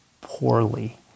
poorly